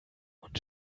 und